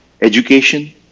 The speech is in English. education